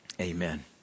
Amen